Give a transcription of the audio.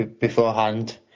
beforehand